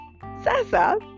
Sasa